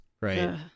right